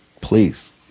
please